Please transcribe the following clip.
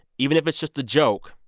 even if it's just a joke,